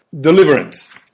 deliverance